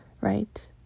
right